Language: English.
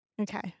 okay